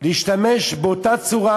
להשתמש באותה צורה,